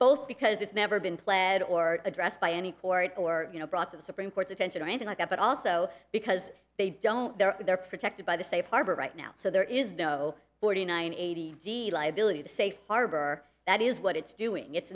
both because it's never been pled or addressed by any court or you know brought to the supreme court's attention or anything like that but also because they don't they're they're protected by the safe harbor right now so there is no forty nine eighty believe the safe harbor that is what it's doing it's